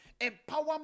empower